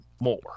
more